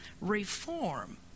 reform